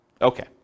Okay